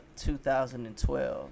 2012